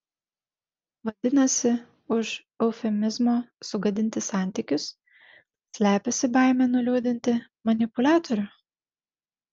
vadinasi už eufemizmo sugadinti santykius slepiasi baimė nuliūdinti manipuliatorių